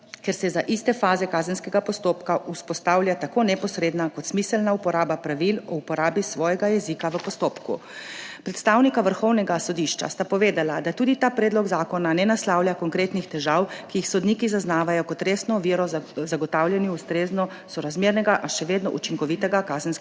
ker se za iste faze kazenskega postopka vzpostavlja tako neposredna kot smiselna uporaba pravil o uporabi svojega jezika v postopku. Predstavnika Vrhovnega sodišča sta povedala, da tudi ta predlog zakona ne naslavlja konkretnih težav, ki jih sodniki zaznavajo kot resno oviro za zagotavljanje ustrezno sorazmernega, a še vedno učinkovitega kazenskega postopka.